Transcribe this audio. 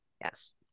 yes